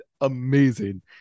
amazing